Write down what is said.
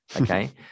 okay